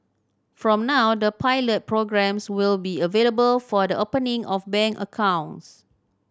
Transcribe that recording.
from now the pilot programmes will be available for the opening of bank accounts